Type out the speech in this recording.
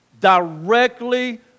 directly